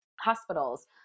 hospitals